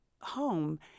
home